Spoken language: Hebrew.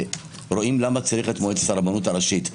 רואים למה צריך את מועצת הרבנות הראשית,